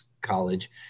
college